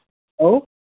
hello